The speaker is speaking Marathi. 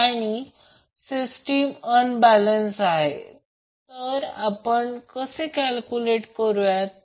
कधीकधी आपण असे लिहितो की याला वॅटमीटर m म्हणतात